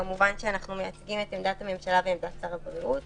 ואנחנו כמובן מייצגים את עמדת הממשלה ועמדת משרד הבריאות